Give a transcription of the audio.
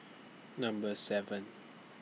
Number seven